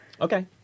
Okay